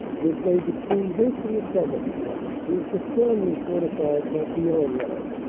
midway between this and the summit is the strongly fortified marquion line.